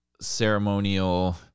ceremonial